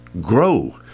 grow